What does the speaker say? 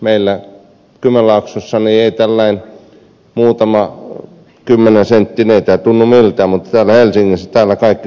meillä kymenlaaksossa ei tällainen muutama kymmenen senttiä tunnu miltään mutta täällä helsingissä kaikki seisoo kun lunta tulee